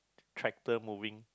tractor moving